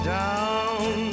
down